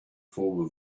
form